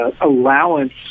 allowance